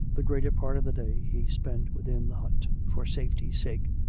the greater part of the day he spent within the hut, for safety's sake,